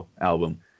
album